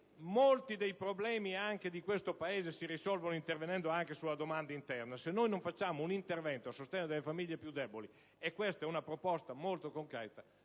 Molti dei problemi del Paese si risolvono intervenendo anche sulla domanda interna. Occorre un intervento a favore delle famiglie più deboli, e questa è una proposta molto concreta.